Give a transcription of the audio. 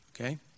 Okay